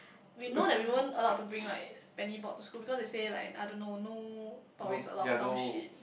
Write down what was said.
we know that we weren't allowed to bring like penny board to school because they say like I don't know no toys allowed or some shit